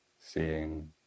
seeing